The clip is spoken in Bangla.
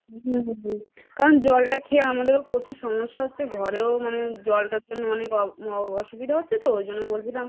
হুম হুম কারণ জলটা খেয়ে আমাদেরও প্রচুর সমস্যা হচ্ছে ঘরেও মানে জলটার জন্য অনেক অসুবিধা হচ্ছে তো ওই জন্য বলছিলাম